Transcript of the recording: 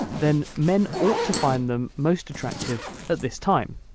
then men ought to find them most attractive at this time.